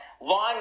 long